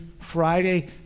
Friday